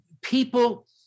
People